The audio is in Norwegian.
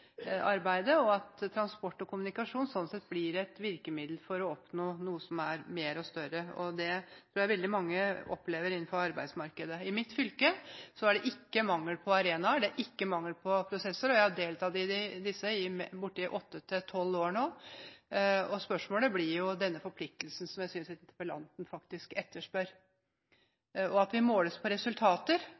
arbeidet, og transport og kommunikasjon blir sånn sett et virkemiddel for å oppnå noe som er mer og større. Det tror jeg veldig mange opplever innenfor arbeidsmarkedet. I mitt fylke er det ikke mangel på arenaer, og det er ikke mangel på prosesser. Jeg har deltatt i slike i åtte–tolv år nå. Forpliktelsen som interpellanten faktisk etterspør, blir jo at vi måles på resultater og fremdrift i tid mer enn på at vi